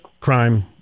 crime